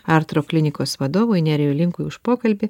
artūro klinikos vadovui nerijui linkui už pokalbį